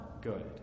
good